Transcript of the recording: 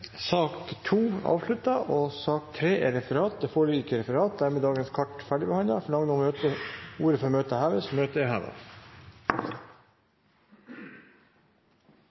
er bortreist. Da er sak nr. 2 ferdigbehandlet. Det foreligger ikke noe referat. Dermed er dagens kart ferdigbehandlet. Forlanger noen ordet før møtet heves?